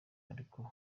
ariko